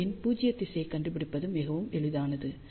அரேயின் பூஜ்ய திசையைக் கண்டுபிடிப்பது மிகவும் எளிதானது